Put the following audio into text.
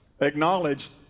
acknowledged